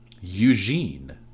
Eugene